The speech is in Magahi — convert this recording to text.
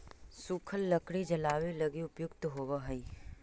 सूखल लकड़ी जलावे लगी उपयुक्त होवऽ हई